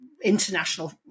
international